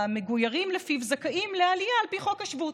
המגוירים לפיהם זכאים לעלייה על פי חוק השבות.